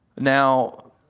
Now